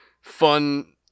fun